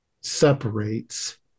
separates